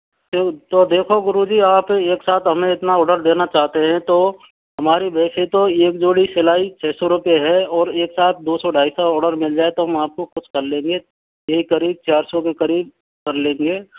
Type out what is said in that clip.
तो देखो गुरुजी आप एक साथ हमें इतना ऑर्डर देना चाहते हैं तो हमारी वैसे तो एक जोड़ी सिलाई छ सौ रुपये है और एक साथ दो सौ ढाई सौ ऑर्डर मिल जाए तो हम आपको कुछ कर लेंगे यही करीब चार सौ के करीब कर लेंगे